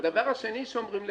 הדבר השני שאומרים לך: